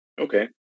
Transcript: Okay